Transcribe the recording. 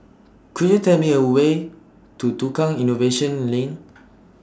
Could YOU Tell Me A Way to Tukang Innovation Lane